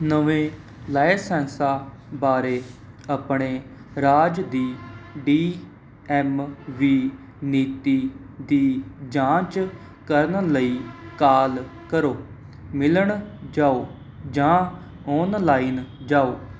ਨਵੇਂ ਲਾਇਸੈਸਾਂ ਬਾਰੇ ਆਪਣੇ ਰਾਜ ਦੀ ਡੀ ਐੱਮ ਵੀ ਨੀਤੀ ਦੀ ਜਾਂਚ ਕਰਨ ਲਈ ਕਾਲ ਕਰੋ ਮਿਲਣ ਜਾਓ ਜਾਂ ਔਨਲਾਈਨ ਜਾਓ